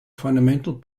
fundamental